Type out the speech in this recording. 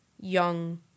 young